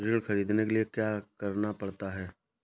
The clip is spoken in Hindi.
ऋण ख़रीदने के लिए क्या करना पड़ता है?